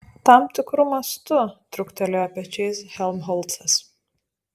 tam tikru mastu truktelėjo pečiais helmholcas